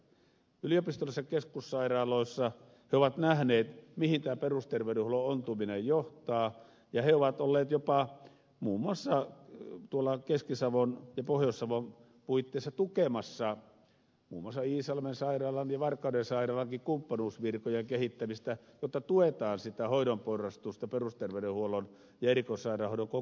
yliopistollisissa keskussairaaloissa he ovat nähneet mihin tämä perusterveydenhuollon ontuminen johtaa ja he ovat olleet muun muassa tuolla keski savon ja pohjois savon puitteissa jopa tukemassa muun muassa iisalmen sairaalan ja varkauden sairaalankin kumppanuusvirkojen kehittämistä jotta tuetaan sitä hoidon porrastusta perusterveydenhuollon ja erikoissairaanhoidon kokonaisuutta